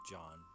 John